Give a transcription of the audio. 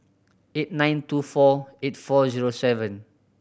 eight nine two four eight four zero seven